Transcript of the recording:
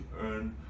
earn